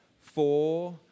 four